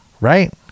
right